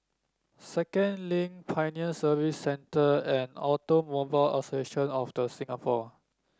Second Link Pioneer Service Centre and Automobile Association of The Singapore